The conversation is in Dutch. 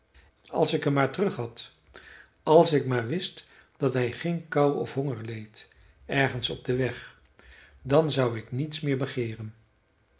als ik hem maar terughad als ik maar wist dat hij geen kou of honger leed ergens op den weg dan zou ik niets meer begeeren